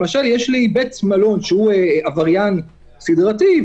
למשל יש בית מלון שהוא עבריין סדרתי,